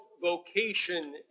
vocation